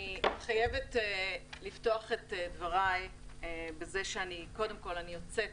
אני חייבת לפתוח את דבריי בזה שקודם כל אני יוצאת